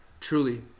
Truly